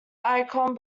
icon